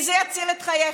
כי זה יציל את חייך.